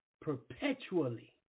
perpetually